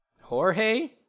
Jorge